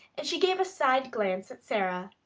and she gave a side-glance at sara.